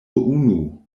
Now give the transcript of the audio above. unu